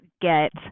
get